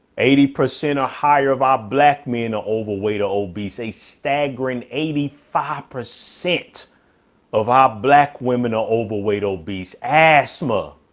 eighty percent or ah higher of our black men are overweight or obese. a staggering eighty five percent of our black women are overweight, obese, asthma,